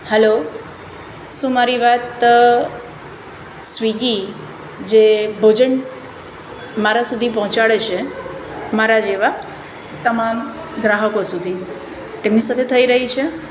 hello શું મારી વાત સ્વિગી જે ભોજન મારા સુધી પહોંચાડે છે મારા જેવા તમામ ગ્રાહકો સુધી તેમની સાથે થઈ રહી છે